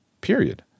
period